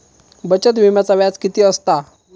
बचत विम्याचा व्याज किती असता?